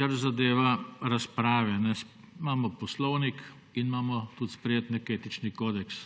kar zadeva razprave, imamo Poslovnik in imamo tudi sprejet nek etični kodeks.